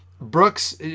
Brooks